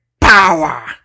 power